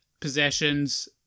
possessions